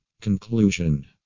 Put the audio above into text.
Conclusion